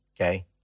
okay